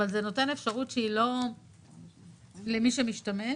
למי שמשתמש.